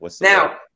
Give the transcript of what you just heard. Now